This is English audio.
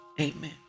Amen